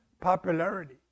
popularity